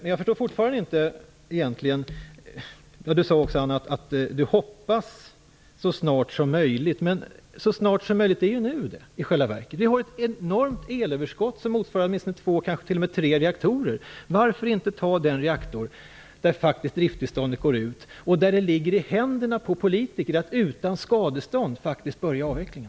Anna Lindh sade att hon hoppas att avvecklingen skall börja så snart som möjligt. Men så snart som möjligt är ju i själva verket nu! Vi har ett enormt elöverskott som motsvarar åtminstone två, kanske t.o.m. tre reaktorer. Varför inte ta den reaktor där driftstillståndet faktiskt går ut och där det ligger i händerna på politikerna att utan skadestånd påbörja avvecklingen?